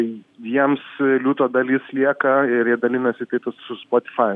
jiems liūto dalis lieka ir jie dalinasi taip pat su spotifajum